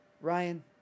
Ryan